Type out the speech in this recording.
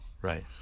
Right